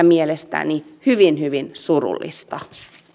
mielestäni hyvin hyvin surullista